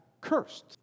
cursed